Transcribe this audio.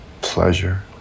pleasure